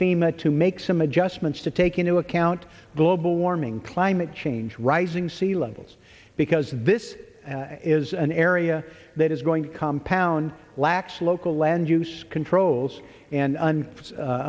thema to make some adjustments to take into account global warming climate change rising sea levels because this is an area that is going to compound lax local land use controls and u